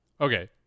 Okay